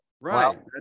Right